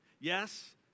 Yes